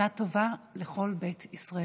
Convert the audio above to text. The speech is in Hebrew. שנה טובה לכל בית ישראל.